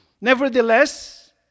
Nevertheless